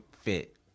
fit